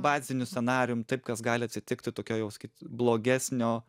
baziniu scenarijum taip kas gali atsitikti tokio jau sakyt blogesnio